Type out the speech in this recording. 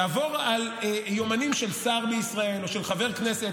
יעבור על יומנים של שר בישראל או של חבר כנסת,